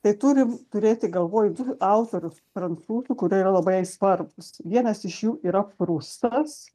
tai turim turėti galvoj eu autorius prancūzų kurie yra labai svarbūs vienas iš jų yra prustas